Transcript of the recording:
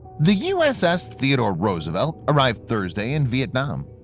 the uss theodore roosevelt arrived thursday in vietnam.